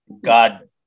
God